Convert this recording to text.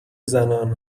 زنان